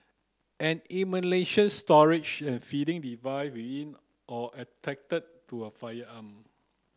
an storage and feeding device within or to a firearm